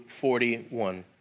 41